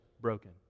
broken